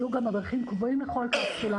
יהיו גם ערכים קבועים לכל קפסולה.